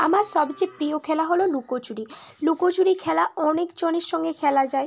আমার সবচেয়ে প্রিয় খেলা হলো লুকোচুরি লুকোচুরি খেলা অনেকজনের সঙ্গে খেলা যায়